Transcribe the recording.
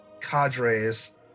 cadres